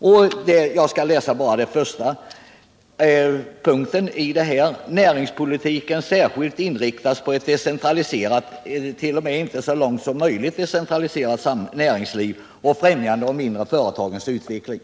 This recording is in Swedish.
Får jag då bara läsa den första punkten i programmet där det står att ”——— näringspolitiken särskilt inriktas på ett decentraliserat”, alltså inte ens så långt möjligt decentraliserat, ”näringsliv och främjande av de mindre företagens utveckling”.